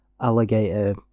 alligator